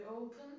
open